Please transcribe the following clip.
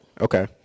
Okay